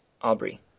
Aubrey